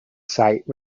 site